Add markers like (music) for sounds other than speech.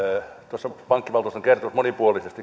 tuossa pankkivaltuuston kertomuksessa monipuolisesti (unintelligible)